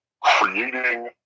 creating